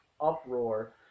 uproar